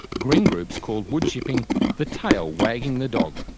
green groups called woodchipping the tail wagging the dog.